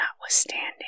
notwithstanding